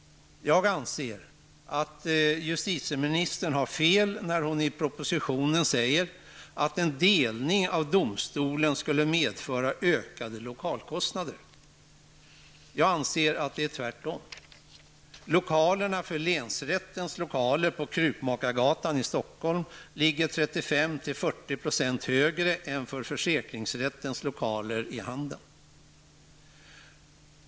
Jag anser att justitieministern har fel när hon i propositionen säger att en delning av domstolen skulle medföra ökade lokalkostnader. Jag anser att det är tvärtom. Kostnaderna för länsrättens lokaler på Krukmakargatan i Stockholm är 35--40 % större än för försäkringsrättens lokaler i Handen.